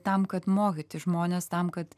tam kad mokyti žmones tam kad